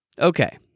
Okay